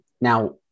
Now